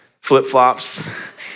flip-flops